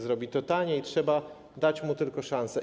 Zrobi to taniej, trzeba dać mu tylko szansę.